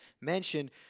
mentioned